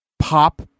Pop